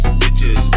bitches